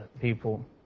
people